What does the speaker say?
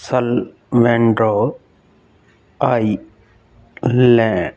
solomon island